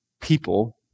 people